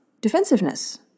defensiveness